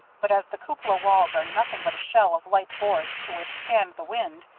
but as the cupola walls are nothing but a shell of light boards to withstand the wind,